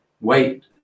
wait